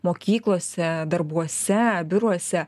mokyklose darbuose biuruose